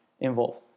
involved